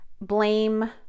blame